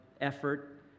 effort